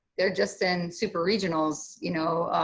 they've just been super regionals, you know,